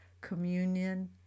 communion